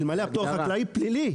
אלמלא הפטור החקלאי הוא פלילי.